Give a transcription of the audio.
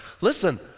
Listen